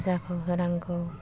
पुजाखौ होनांगौ